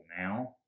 now